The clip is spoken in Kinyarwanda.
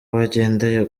bagendeye